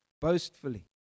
boastfully